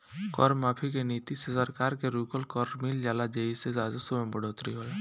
कर माफी के नीति से सरकार के रुकल कर मिल जाला जेइसे राजस्व में बढ़ोतरी होला